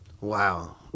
Wow